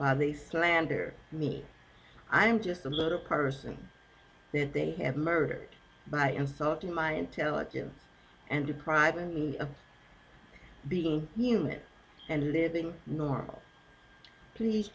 they slander me i'm just a little person that they have murdered by insulting my intelligence and depriving me of being human and their being normal please